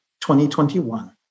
2021